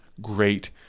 great